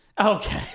Okay